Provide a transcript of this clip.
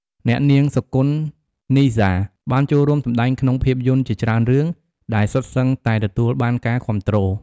អ្នកនាង សុគន្ធ និសា បានចូលរួមសម្តែងក្នុងភាពយន្តជាច្រើនរឿង ដែលសុទ្ធសឹងតែទទួលបានការគាំទ្រ។